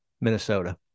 Minnesota